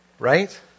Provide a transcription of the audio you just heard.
Right